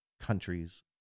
countries